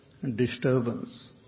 Disturbance